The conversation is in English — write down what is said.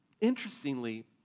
interestingly